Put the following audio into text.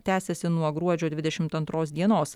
tęsiasi nuo gruodžio dvidešimt antros dienos